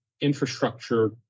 infrastructure